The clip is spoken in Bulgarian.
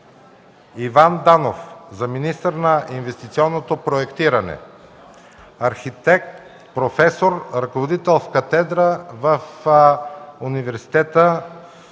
Иван Данов – министър на инвестиционното проектиране. Архитект, професор, ръководител в катедра в Университета